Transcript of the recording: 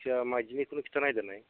जायखिया माइदिनिखौनो खिन्था नायदोनाय